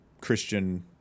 Christian –